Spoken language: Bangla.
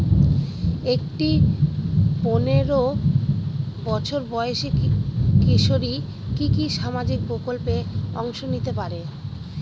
একটি পোনেরো বছর বয়সি কিশোরী কি কি সামাজিক প্রকল্পে অংশ নিতে পারে?